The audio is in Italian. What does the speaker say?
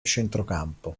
centrocampo